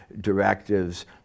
directives